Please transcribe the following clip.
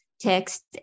text